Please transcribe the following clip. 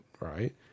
right